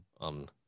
on